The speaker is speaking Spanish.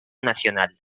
nacional